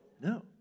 No